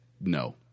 no